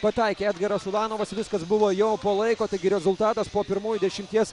pataikė edgaras ulanovas viskas buvo jau po laiko taigi rezultatas po pirmųjų dešimties